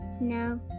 No